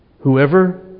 Whoever